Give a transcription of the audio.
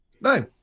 No